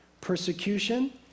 persecution